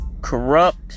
corrupt